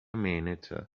minute